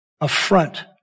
affront